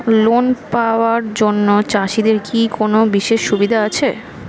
Loan পাওয়ার জন্য চাষিদের কি কোনো বিশেষ সুবিধা আছে?